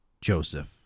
Joseph